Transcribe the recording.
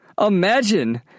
Imagine